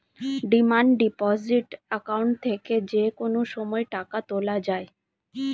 demand deposit account থেকে যে কোনো সময় টাকা তোলা যায়